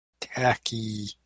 tacky